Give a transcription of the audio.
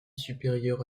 supérieure